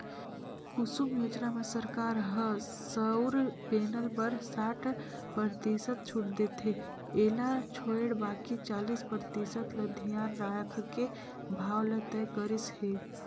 कुसुम योजना म सरकार ह सउर पेनल बर साठ परतिसत छूट देथे एला छोयड़ बाकि चालीस परतिसत ल धियान राखके भाव ल तय करिस हे